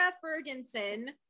Ferguson